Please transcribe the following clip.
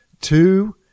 Two